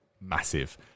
Massive